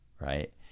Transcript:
right